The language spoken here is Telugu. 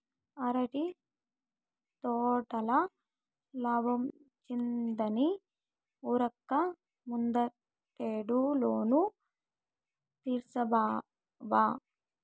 అరటి తోటల లాబ్మొచ్చిందని ఉరక్క ముందటేడు లోను తీర్సబ్బా